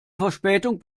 verspätung